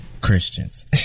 Christians